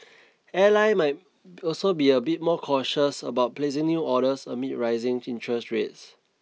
airline might also be a bit more cautious about placing new orders amid rising interest rates